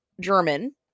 german